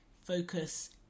focus